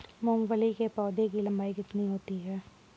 मूंगफली के पौधे की लंबाई कितनी होती है?